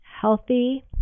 healthy